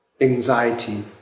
anxiety